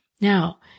Now